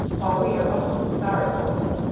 while we are awfully sorry for him,